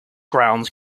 grounds